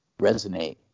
resonate